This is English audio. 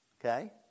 Okay